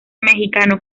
mexicano